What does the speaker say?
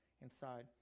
inside